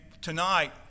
tonight